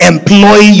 employ